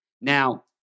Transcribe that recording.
Now